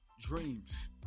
dreams